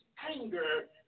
anger